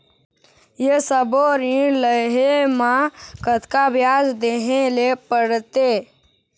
ये सब्बो ऋण लहे मा कतका ब्याज देहें ले पड़ते?